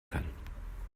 kann